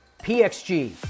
PXG